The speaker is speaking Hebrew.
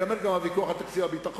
ייגמר גם הוויכוח על תקציב הביטחון,